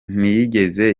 ntiyigeze